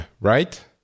right